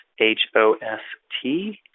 H-O-S-T